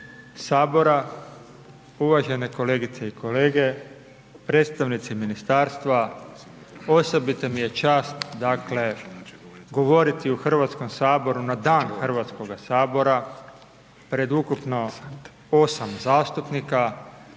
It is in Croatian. Sabora, uvažene kolegice i kolege, predstavnici ministarstva, osobita mi je čast govoriti u Hrvatskom saboru na Dan Hrvatskoga sabora pred ukupno 8 zastupnika,